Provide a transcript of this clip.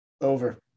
over